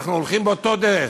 אנחנו הולכים באותה דרך,